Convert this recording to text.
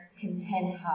content